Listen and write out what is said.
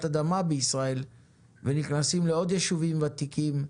אדמה בישראל ונכנסים לעוד יישובים ותיקים,